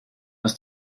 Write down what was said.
aus